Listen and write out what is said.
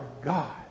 God